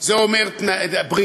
זה אומר בריאות,